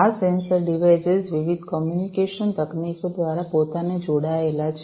આ sensor devices વિવિધ communication તકનીકો દ્વારા પોતાને જોડાયેલા છે